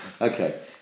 Okay